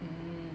mm